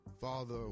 Father